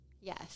Yes